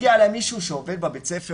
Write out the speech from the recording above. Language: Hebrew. הגיע אליי מישהו שעובד בבית הספר